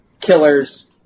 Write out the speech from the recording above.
Killers